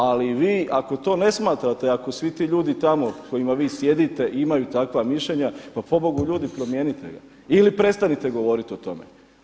Ali vi ako to ne smatrate ako svi ti ljudi tamo s kojima vi sjedite imaju takva mišljenja, pa pobogu ljudi promijenite ga ili prestanite govoriti o tome.